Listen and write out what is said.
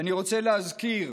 ואני רוצה להזכיר: